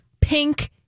pink